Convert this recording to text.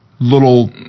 little